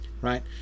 right